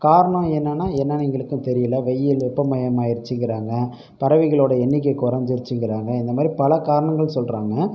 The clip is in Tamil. காரணம் என்னென்னா என்னென்னு எங்களுக்கும் தெரியல வெயில் வெப்பமயமாயிருச்சிங்கிறாங்க பறவைகளோடய எண்ணிக்கை குறஞ்சிருச்சிங்கிறாங்க இந்தமாதிரி பல காரணங்கள் சொல்கிறாங்க